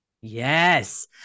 Yes